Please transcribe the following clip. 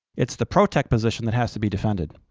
it's the pro-tech position that has to be defended.